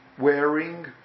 Wearing